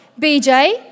BJ